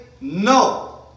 No